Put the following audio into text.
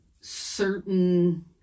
certain